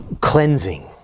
cleansing